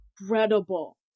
incredible